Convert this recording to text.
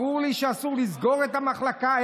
ברור לי שאסור לסגור את המחלקה,